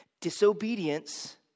Disobedience